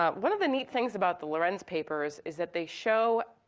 um one of the neat things about the lorenz papers is that they show,